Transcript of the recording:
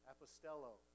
Apostello